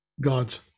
God's